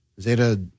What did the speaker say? Zeta